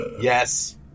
Yes